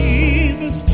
Jesus